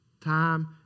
Time